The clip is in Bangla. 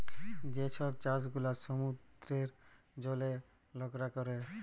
যে ছব চাষ গুলা সমুদ্রের জলে লকরা ক্যরে